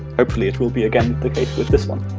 hopefully it will be again with this one